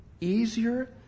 easier